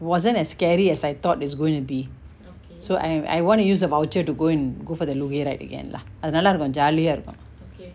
it wasn't as scary as I thought is going to be so I'm I want to use the voucher to go in go for the luge ride again lah அது நல்லா இருக்கு:athu nalla iruku jolly ah இருக்கு:iruku